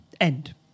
End